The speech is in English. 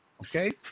Okay